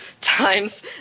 times